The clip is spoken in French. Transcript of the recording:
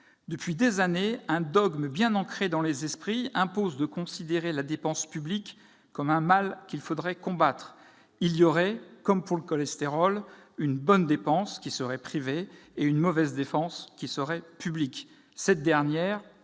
Depuis des années, un dogme bien ancré dans les esprits impose de considérer la dépense publique comme un mal qu'il faudrait combattre. Il y aurait, comme pour le cholestérol, une « bonne dépense », qui serait privée, et une « mauvaise dépense », qui serait publique.